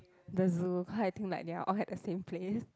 the zoo cause I think like they're all at the same place